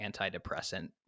antidepressant